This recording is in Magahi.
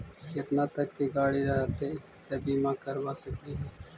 केतना तक के गाड़ी रहतै त बिमा करबा सकली हे?